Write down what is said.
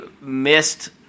missed